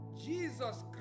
Jesus